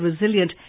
Resilient